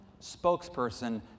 spokesperson